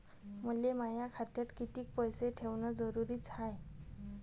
मले माया खात्यात कितीक पैसे ठेवण जरुरीच हाय?